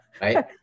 Right